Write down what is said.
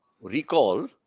recall